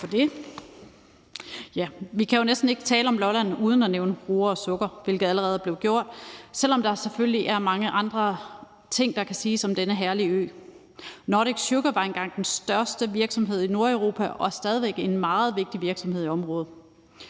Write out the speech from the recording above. Vi kan jo næsten ikke tale om Lolland uden at nævne roer og sukker, hvilket allerede er blevet gjort, selv om der selvfølgelig er mange andre ting, der kan siges om denne herlige ø. Nordic Sugar var engang den største virksomhed i Nordeuropa og er stadig væk en meget vigtig virksomhed i området.